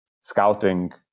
scouting